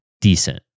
decent